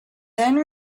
then